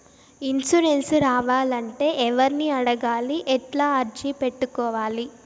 Insurance రావాలంటే ఎవర్ని అడగాలి? ఎట్లా అర్జీ పెట్టుకోవాలి?